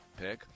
pick